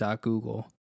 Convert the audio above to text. .google